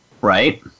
Right